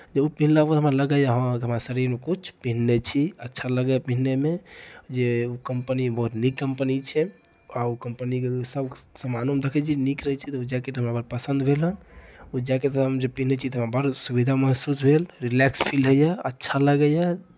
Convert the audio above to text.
जे ओ पिन्हलाके बाद हमरा लगैए हँ हमरा शरीरमे किछु पिन्हने छी अच्छा लगैए पिन्हयमे जे ओ कंपनी बहुत नीक कंपनी छै आ ओ कंपनीके सभ सामान हम देखै छियै नीक रहै छै जैकेट हमरा पसंद भेल हन ओ जैकेट जखन हम पिन्है छी हमरा बड़ सुविधा महसूस भेल रिलैक्स फील होइए अच्छा लगैए